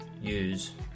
use